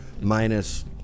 minus